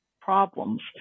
problems